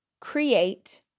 create